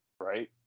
right